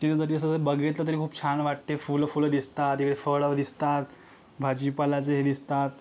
तिथं बघितलं तरी खूप छान वाटते फुलंफुलं दिसतात इकडे फळं दिसतात भाजीपालाचे हे दिसतात